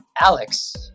Alex